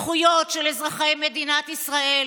הזכויות של אזרחי מדינת ישראל,